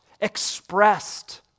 expressed